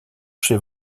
chez